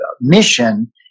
Mission